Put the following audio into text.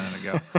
ago